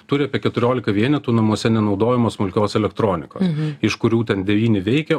turi apie keturiolika vienetų namuose nenaudojamos smulkios elektronikos iš kurių ten devyni veikia